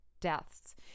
deaths